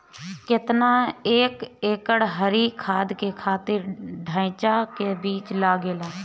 केतना एक एकड़ हरी खाद के खातिर ढैचा के बीज लागेला?